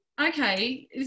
okay